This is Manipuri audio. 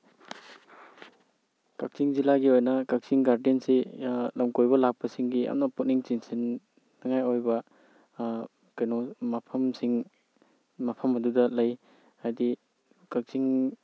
ꯀꯛꯆꯤꯡ ꯖꯤꯂꯥꯒꯤ ꯑꯣꯏꯅ ꯀꯛꯆꯤꯡ ꯒꯥꯔꯗꯦꯟꯁꯤ ꯂꯝꯀꯣꯏꯕ ꯂꯥꯛꯄꯁꯤꯡꯒꯤ ꯌꯥꯝꯅ ꯄꯨꯛꯅꯤꯡ ꯆꯤꯡꯁꯤꯟꯅꯤꯉꯥꯏ ꯑꯣꯏꯕ ꯀꯩꯅꯣ ꯃꯐꯝꯁꯤꯡ ꯃꯐꯝ ꯑꯗꯨꯗ ꯂꯩ ꯍꯥꯏꯗꯤ ꯀꯛꯆꯤꯡ